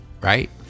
right